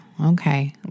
okay